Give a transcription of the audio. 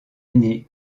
aînée